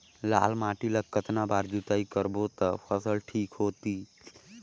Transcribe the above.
लाल माटी ला कतना बार जुताई करबो ता फसल ठीक होती?